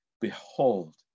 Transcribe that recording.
Behold